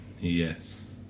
Yes